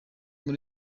muri